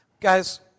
Guys